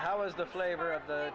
how was the flavor of the